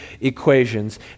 equations